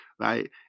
right